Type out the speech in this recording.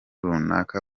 runaka